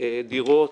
דירות